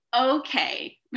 Okay